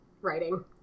writing